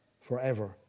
forever